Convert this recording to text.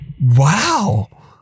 Wow